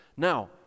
Now